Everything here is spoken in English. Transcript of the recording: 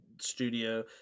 studio